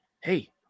hey